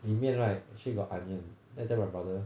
里面 right actually got onion then I tell my brother